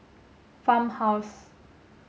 farmhouse